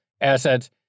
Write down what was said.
assets